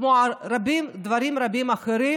כמו דברים רבים אחרים